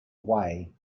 way